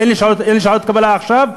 אין לי שעות קבלה עכשיו?